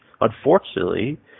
unfortunately